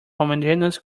homogeneous